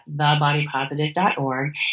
thebodypositive.org